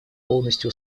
полностью